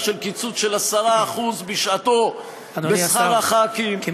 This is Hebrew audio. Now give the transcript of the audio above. של קיצוץ של 10% בשעתו בשכר חברי הכנסת,